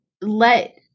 let